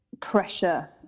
pressure